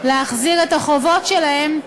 להחזיר את החובות שלהם,